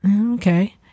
Okay